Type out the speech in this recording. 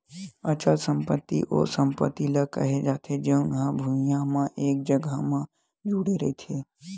अचल संपत्ति ओ संपत्ति ल केहे जाथे जउन हा भुइँया म एक जघा म जुड़े रहिथे